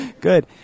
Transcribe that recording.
Good